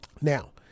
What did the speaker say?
Now